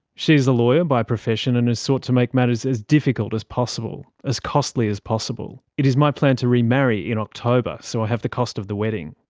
she is a lawyer by profession and has sought to make matters as difficult as possible as costly as possible. it is my plan to remarry in october so i have the cost of the wedding.